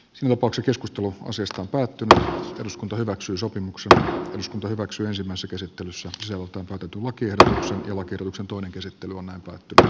lopuksi keskustelu asiasta päättyi eduskunta hyväksyi sopimuksen gsm hyväksyväisimmässä käsittelyssä tasoltaan totutun walker on kierroksen toinen käsittely on antanut tytär